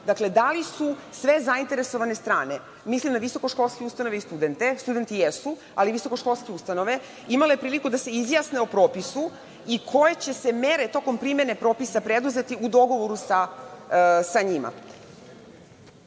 Dakle, da li su sve zainteresovane strane, mislim na visokoškolske ustanove i studente, studenti jesu, ali visokoškolske ustanove, imale priliku da se izjasne o propisu i koje će se mere tokom primene propisa preduzeti u dogovoru sa njima? Da